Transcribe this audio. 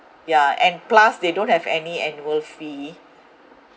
yeah and plus they don't have any annual fee